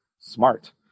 Smart